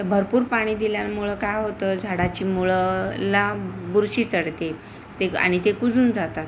तर भरपूर पाणी दिल्यांमुळं काय होतं झाडाच्या मुळांला बुरशी चढते ते आणि ते कुजून जातात